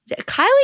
Kylie